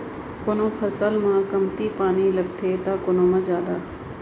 कोनो फसल म कमती पानी लगथे त कोनो म जादा